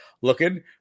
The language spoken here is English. looking